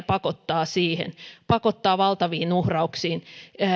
pakottaa ihmisiä siihen pakottaa valtaviin uhrauksiin